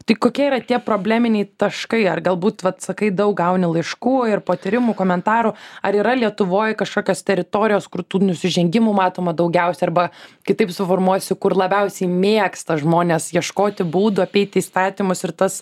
tai kokie yra tie probleminiai taškai ar galbūt vat sakai daug gauni laiškų ir patyrimų komentarų ar yra lietuvoj kažkokios teritorijos kur tų nusižengimų matoma daugiausia arba kitaip suformuosiu kur labiausiai mėgsta žmonės ieškoti būdų apeiti įstatymus ir tas